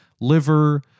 liver